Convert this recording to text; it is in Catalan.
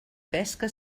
pesca